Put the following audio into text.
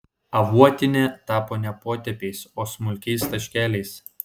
avuotinia tapo ne potėpiais o smulkiais taškeliais